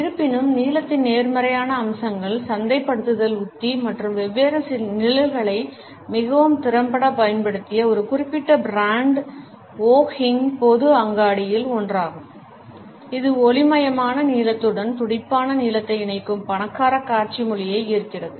இருப்பினும் நீலத்தின் நேர்மறையான அம்சங்கள் சந்தைப்படுத்தல் உத்தி மற்றும் வெவ்வேறு நிழல்களை மிகவும் திறம்பட பயன்படுத்திய ஒரு குறிப்பிட்ட பிராண்ட் வோ ஹிங் பொது அங்காடியில் ஒன்றாகும் இது ஒளிமயமான நீலத்துடன் துடிப்பான நீலத்தை இணைக்கும் பணக்கார காட்சி மொழியை ஈர்க்கிறது